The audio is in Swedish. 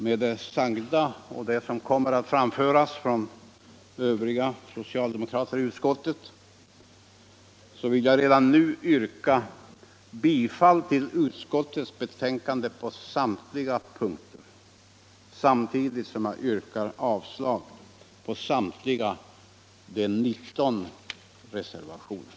Med det sagda och det som kommer att framföras av Övriga socialdemokrater i utskottet vill jag redan nu yrka bifall till utskottets hemställan på samtliga punkter samtidigt som jag yrkar avslag på de 19 reservationerna.